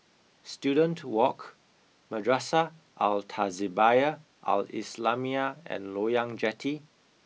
Student Walk Madrasah Al Tahzibiah Al Islamiah and Loyang Jetty